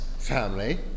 family